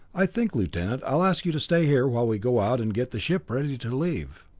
i think, lieutenant, i'll ask you to stay here while we go out and get the ship ready to leave.